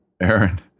Aaron